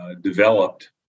developed